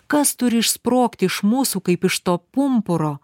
kas turi išsprogti iš mūsų kaip iš to pumpuro